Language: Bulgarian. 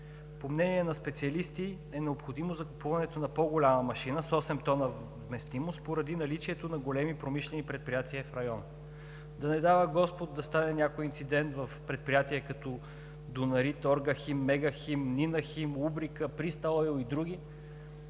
По мнение на специалисти е необходимо закупуването на по-голяма машина с осем тона вместимост поради наличието на големи промишлени предприятия в района. Да не дава Господ да стане някой инцидент в предприятия като „Дунарит“, „Оргахим“, „Мегахим“, „Нинахим“, „Убрика“, „Приста ойл“ и други.